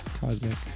cosmic